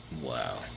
wow